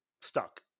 stuck